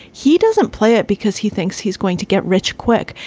he doesn't play it because he thinks he's going to get rich quick.